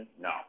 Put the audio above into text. no